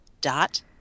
dot